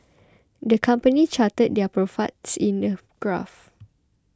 the company charted their profits in a graph